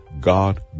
God